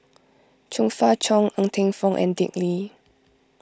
Chong Fah Cheong Ng Teng Fong and Dick Lee